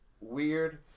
weird